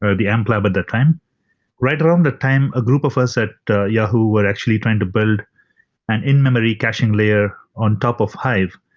ah the amp lab at the time right around that time, a group of us at yahoo were actually trying to build an in-memory caching layer on top of hive,